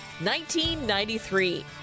1993